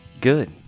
Good